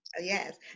Yes